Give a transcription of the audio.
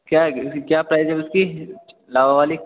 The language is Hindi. क्या है क्या प्राइस है उसकी लावा वाली